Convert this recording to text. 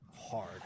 hard